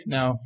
Now